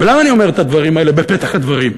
למה אני אומר את הדברים האלה בפתח הדברים?